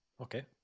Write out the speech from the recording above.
Okay